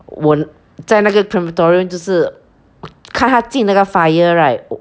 我在那个 crematorium 就是看他进那个 fire right